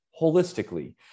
holistically